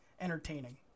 entertaining